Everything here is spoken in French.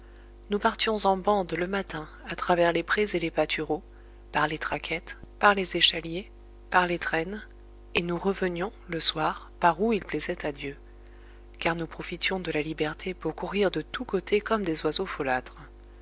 nous partions en bande le matin à travers les prés et les pâtureaux par les traquettes par les échaliers par les traînes et nous revenions le soir par où il plaisait à dieu car nous profitions de la liberté pour courir de tous côtés comme des oiseaux folâtres